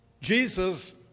Jesus